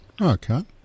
Okay